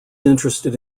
interested